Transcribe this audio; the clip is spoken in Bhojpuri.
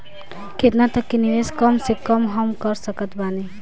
केतना तक के निवेश कम से कम मे हम कर सकत बानी?